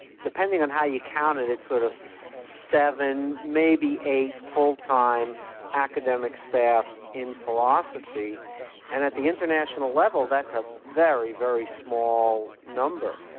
depending on how you count it, it's sort of seven, maybe eight fulltime academic staff in philosophy, and at the international level that's a very, very small number.